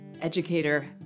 educator